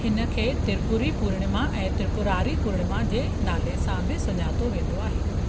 हिन खे त्रिपुरी पूर्णिमा ऐं त्रिपुरारी पूर्णिमा जे नाले सां बि सुञातो वेंदो आहे